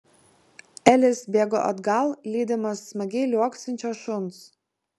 elis bėgo atgal lydimas smagiai liuoksinčio šuns